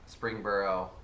Springboro